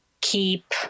keep